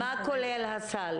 מה כולל הסל?